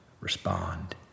respond